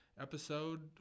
episode